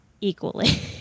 equally